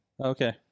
Okay